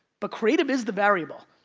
but creative is the variable.